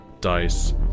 dice